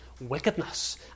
wickedness